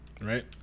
Right